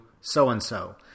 so-and-so